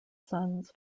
sons